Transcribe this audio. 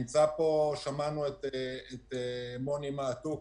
שמענו את מוני מעתוק.